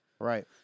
Right